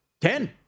Ten